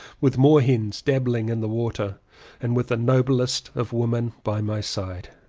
with moor hens dabbling in the water and with the noblest of women by my side.